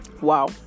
Wow